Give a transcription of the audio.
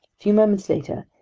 few moments later,